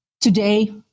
today